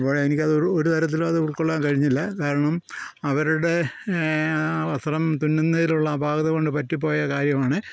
അപ്പോൾ എനിക്ക് അത് ഒരു തരത്തിലും അത് ഉൾകൊള്ളാൻ കഴിഞ്ഞില്ല കാരണം അവരുടെ വസ്ത്രം തുന്നുന്നതിലുള്ള അപാകത കൊണ്ട് പറ്റി പോയ കാര്യമാണ്